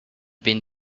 been